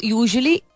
usually